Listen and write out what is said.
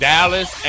Dallas